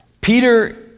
Peter